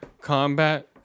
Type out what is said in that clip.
Combat